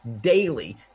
daily